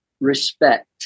respect